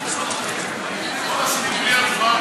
בלי הצבעה,